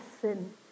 sin